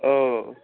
ও